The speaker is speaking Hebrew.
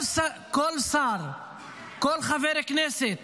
כל שר וכל חבר כנסת